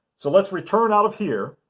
so let's return out of here.